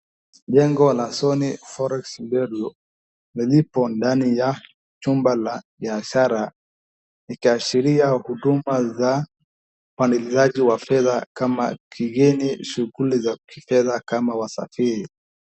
Jengo la Sunny Forex Bureau lilipo ndani ya jumba la biashara likiashiria huduma za ubadilishaji wa fedha kama kigeni, shughuli za kifedha kama wasafiri.